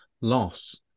loss